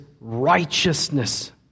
righteousness